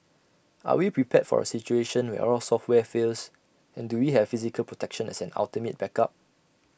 are we prepared for A situation where all software fails and do we have physical protection as an ultimate backup